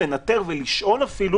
לנטר ולשאול אפילו